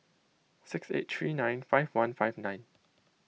six eight three nine five one five nine